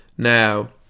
Now